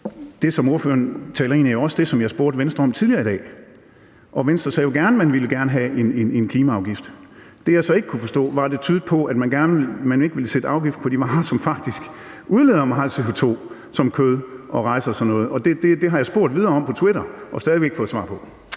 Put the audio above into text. det, som ordføreren taler om, er også det, som jeg spurgte Venstre om tidligere i dag. Og Venstre sagde jo, at man gerne ville have en klimaafgift. Det, jeg så ikke kunne forstå, var, at det tydede på, at man ikke ville sætte afgift på de varer, som faktisk udleder meget CO2, som kød og rejser og sådan noget. Det har jeg spurgt videre om på Twitter og stadig væk ikke fået svar.